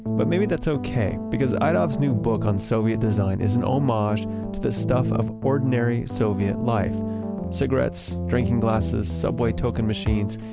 but maybe that's okay. because idov's new book on soviet design is an homage to the stuff of ordinary soviet life cigarettes, drinking glasses, subway token machines.